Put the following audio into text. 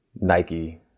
Nike